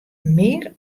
mear